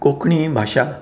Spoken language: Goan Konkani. कोंकणी ही भाशा